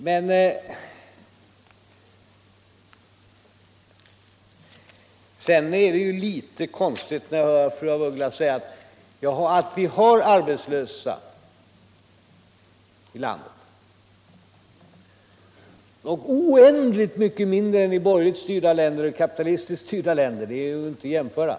Men det är ju litet konstigt att höra fru af Ugglas säga att vi har många arbetslösa här i landet, när man vet att vi har oändligt mycket mindre arbetslöshet än i kapitalistiskt styrda länder — det går inte att jämföra.